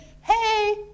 hey